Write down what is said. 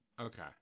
Okay